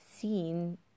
seen